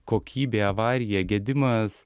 kokybė avarija gedimas